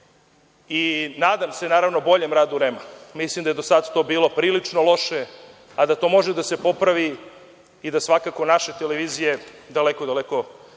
Nadam se, naravno, boljem radu REM-a. Mislim da je do sada to bilo prilično loše, a da to može da se popravi i da svakako naše televizije daleko, daleko